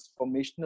transformational